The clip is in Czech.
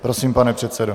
Prosím, pane předsedo.